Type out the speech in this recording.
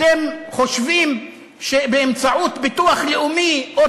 אתם חושבים שבאמצעות ביטוח לאומי או